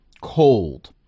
cold